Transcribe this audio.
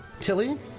Tilly